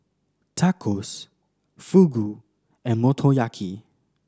Tacos Fugu and Motoyaki